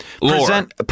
present